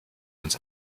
ins